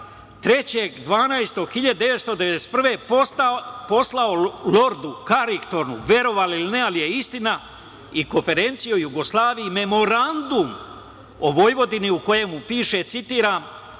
godine poslao lordu Karingtonu, verovali ili ne, ali je istina, i konferenciji o Jugoslaviji Memorandum o Vojvodini u kojem piše, citiram